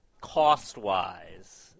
cost-wise –